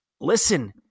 Listen